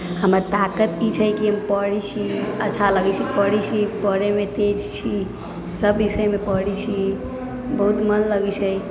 हमर ताकत ई छै कि हम पढ़ै छी अच्छा लगै छै पढ़ै छी पढ़ैमे तेज छी सब विषयमे पढ़ै छी बहुत मन लगै छै